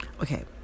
Okay